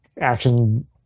action